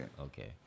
Okay